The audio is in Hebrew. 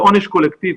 לעונש קולקטיבי?